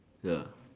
ya